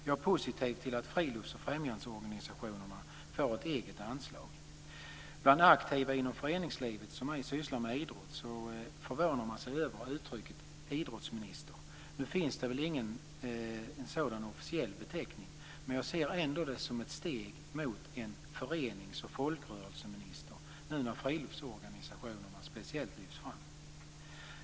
Jag är positiv till att frilufts och främjandeorganisationerna får ett eget anslag. Bland aktiva inom föreningslivet som ej sysslar med idrott förvånar man sig över uttrycket idrottsminister. Nu finns det väl ingen sådan officiell beteckning, men jag ser det ändå som ett steg mot en förenings och folkrörelseminister nu när friluftsorganisationerna speciellt lyfts fram.